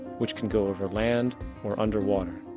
which can go over land or under water.